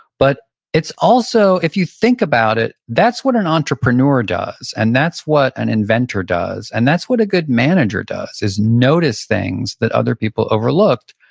but it's also, if you think about it, that's what an entrepreneur does, and that's what an inventor does. and that's what a good manager does, is notice things that other people overlooked.